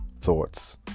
thoughts